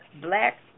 black